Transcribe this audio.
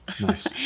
Nice